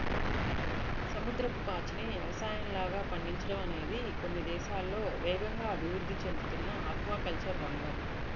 సముద్రపు పాచిని యవసాయంలాగా పండించడం అనేది కొన్ని దేశాల్లో వేగంగా అభివృద్ధి చెందుతున్న ఆక్వాకల్చర్ రంగం